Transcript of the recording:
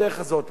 לכן אני אומר: